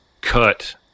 cut